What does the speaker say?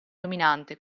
dominante